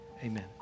Amen